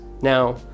Now